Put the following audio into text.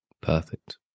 Perfect